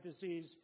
disease